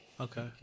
Okay